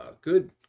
good